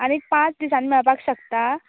आनीक पांच दिसानी मेळपाक शकता